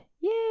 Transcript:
yay